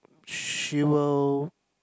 she will